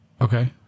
Okay